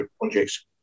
projects